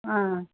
ஆ